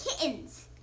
kittens